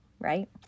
right